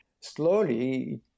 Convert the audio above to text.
Slowly